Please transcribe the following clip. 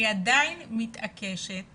אני עדיין מתעקשת